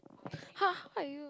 !huh! how are you